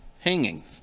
hanging